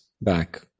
back